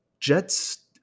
Jets